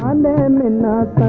um man and